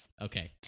okay